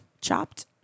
Chopped